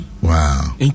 Wow